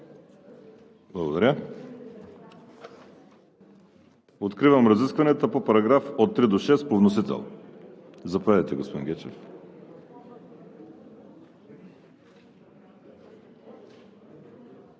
Благодаря. Откривам разискванията по параграфи от 3 до 6 по вносител. Заповядайте, господин Гечев.